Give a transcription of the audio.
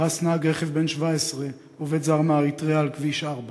דרס נהג רכב בן 17 עובד זר מאריתריאה על כביש 4